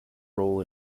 role